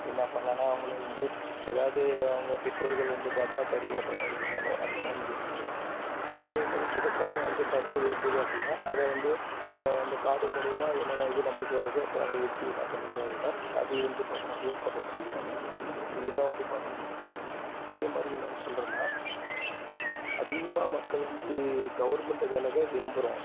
என்ன பண்ணலான்னா அவங்களும் வந்து ஏதாவது அவங்க பெற்றோர்கள் வந்து பார்த்தீன்னா தறி ஓட்டுற மாதிரி இருந்தாலும் அதே மாதிரி இது பண்ணிக்கிறாங்க அதே மாதிரி விவசாயம் வந்து பார்த்தீன்னா இருந்தது அப்படின்னா அதை வந்து அந்தக் காடு மூலிமா என்னென்ன இது யைய வச்சு என்ன பண்ணிக்கிறாங்கன்னால் அதையும் வந்து பார்த்தீன்னா அப்படியே ஃபாலோ பண்ணிக்கிறாங்க இது தான் வந்து பார்த்தீன்னா நடக்குது அதே மாதிரி இன்னொன்று சொல்கிறேன்னா அதிகமாக மக்கள் வந்து கவர்மெண்டு வேலை தான் விரும்புகிறோம்